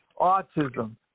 autism